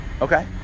okay